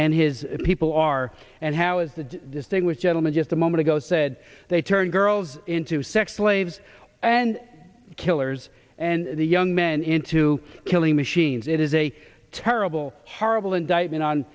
and his people are and how as the distinguished gentleman just a moment ago said they turn girls into sex slaves and killers and the young men into killing machines it is a terrible horrible indictment on